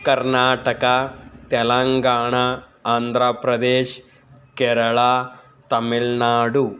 Karnataka Telangana Andhra Pradesh Kerala Tamil Nadu